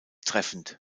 treffend